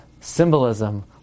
symbolism